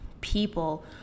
people